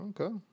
Okay